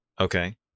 okay